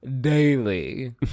Daily